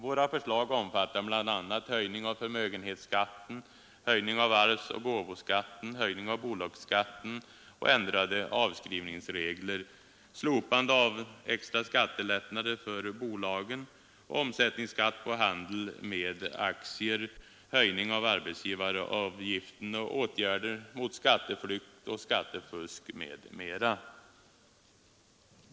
Våra förslag omfattar bl.a. höjning av förmögenhetsskatten, höjning av arvsoch gåvoskatten, höjning av bolagsskatten och ändrade avskrivningsregler, slopande av extra skattelättnader för bolagen, omsättningsskatt på handeln med aktier, höjning av arbetsgivaravgiften samt åtgärder mot skatteflykt och skattefusk.